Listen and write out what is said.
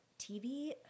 TV